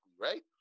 right